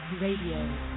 Radio